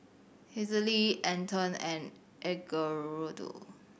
Hazelle Anton and Edgardo